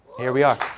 here we are.